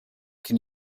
can